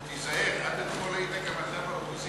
תיזהר, עד אתמול היית גם אתה באופוזיציה.